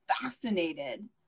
fascinated